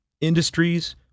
industries